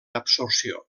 absorció